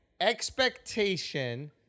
expectation